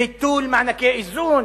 ביטול מענקי איזון